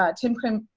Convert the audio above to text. ah tim kring,